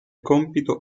compito